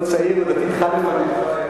אתה עוד צעיר ועתידך לפניך.